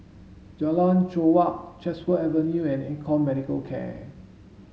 Jalan Chorak Chatsworth Avenue and Econ Medicare Can